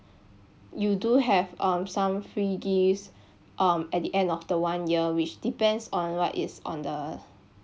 you do have um some free gifts um at the end of the one year which depends on what is on the